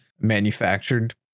manufactured